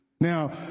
Now